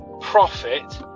profit